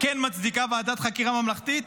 כן מצדיקה ועדת חקירה ממלכתית,